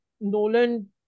Nolan